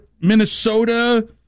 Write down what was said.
Minnesota